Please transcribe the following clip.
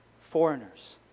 Foreigners